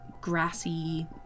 grassy